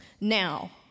now